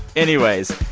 anyways,